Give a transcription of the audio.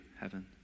heaven